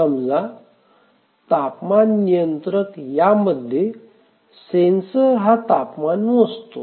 समजा तापमान नियंत्रक यामध्ये सेन्सर तापमान मोजतो